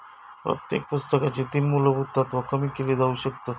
प्रत्येक पुस्तकाची तीन मुलभुत तत्त्वा कमी केली जाउ शकतत